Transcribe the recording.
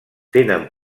tenen